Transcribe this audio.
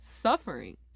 suffering